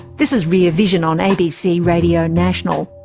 this is rear vision on abc radio national.